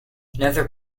nether